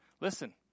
listen